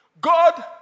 God